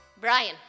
Brian